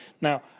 Now